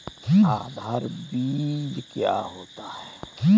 आधार बीज क्या होता है?